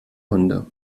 hunde